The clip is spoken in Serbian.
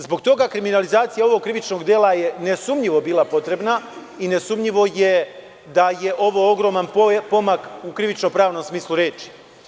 Zbog toga kriminalizacija ovog krivičnog dela je nesumnjivo bila potrebna i nesumnjivo je da je ovo ogroman pomak u krivično-pravnom smislu reči.